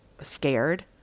scared